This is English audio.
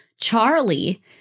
Charlie